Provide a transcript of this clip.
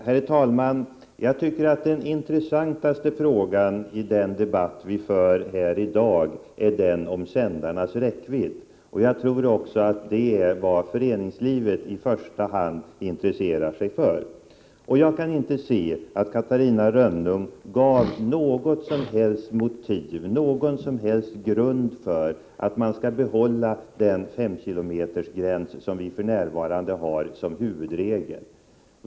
Herr talman! Den mest intressanta frågan i den debatt som vi för här i dag är den om sändarnas räckvidd. Jag tror också att det är den fråga som föreningslivet i första hand intresserar sig för. Jag kan inte se att Catarina Rönnung gav något som helst motiv för att behålla 5-kilometersgränsen, som är den nuvarande huvudregeln.